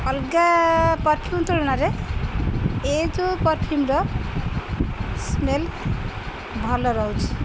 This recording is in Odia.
ଅଲଗା ପରଫ୍ୟୁମ୍ ତୁଳନାରେ ଏଇ ଯେଉଁ ପରଫ୍ୟୁମ୍ର ସ୍ମେଲ୍ ଭଲ ରହୁଛି